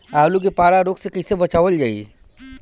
आलू के पाला रोग से कईसे बचावल जाई?